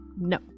no